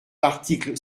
l’article